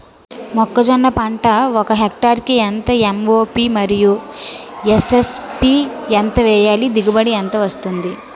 మొక్కజొన్న పంట ఒక హెక్టార్ కి ఎంత ఎం.ఓ.పి మరియు ఎస్.ఎస్.పి ఎంత వేయాలి? దిగుబడి ఎంత వస్తుంది?